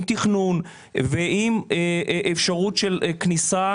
עם תכנון ועם אפשרות של כניסה,